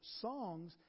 songs